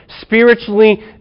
spiritually